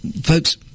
folks